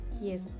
Yes